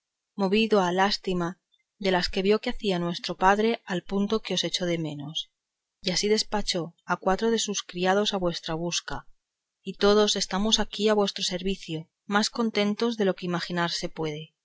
movido a lástima de las que vio que hacía vuestro padre al punto que os echó de menos y así despachó a cuatro de sus criados en vuestra busca y todos estamos aquí a vuestro servicio más contentos de lo que imaginar se puede